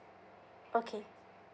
okay